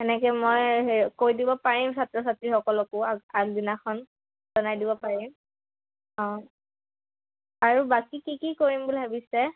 সেনেকৈ মই হেৰি কৈ দিব পাৰিম ছাত্ৰ ছাত্ৰীসকলকো আগদিনাখন জনাই দিব পাৰিম অঁ আৰু বাকী কি কি কৰিম বুলি ভাবিছে